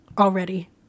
already